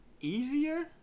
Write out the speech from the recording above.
easier